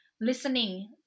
listening